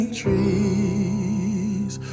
trees